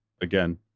again